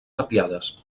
tapiades